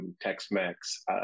Tex-Mex